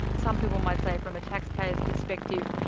some people might say from a taxpayers' perspective,